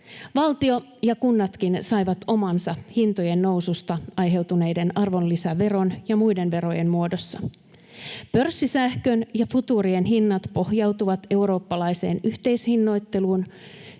Valtio ja kunnatkin saivat omansa hintojen noususta aiheutuneiden arvonlisäverojen ja muiden verojen muodossa. Pörssisähkön ja futuurien hinnat pohjautuvat eurooppalaiseen yhteishinnoitteluun,